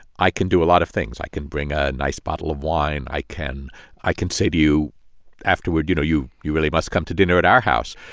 i can do a lot of things. i can bring a nice bottle of wine. i can i can say to you afterward, you know, you you really must come to dinner at our house.